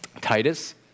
Titus